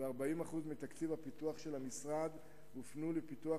ו-40% מתקציב הפיתוח של המשרד הופנו לפיתוח